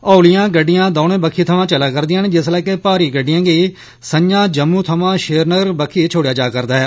हौलियां गड्डियां दौनें बक्खी थमां चलै करदियां न जिसलै के भारी गडि़डएं गी शामी जम्मू थमां श्रीनगर बक्खी छोड़ेआ जा'रदा ऐ